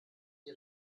die